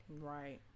Right